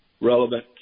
relevant